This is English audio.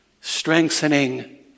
strengthening